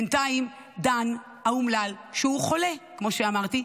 בינתיים דן האומלל, שהוא חולה, כמו שאמרתי,